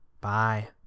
Bye